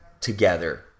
together